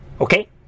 Okay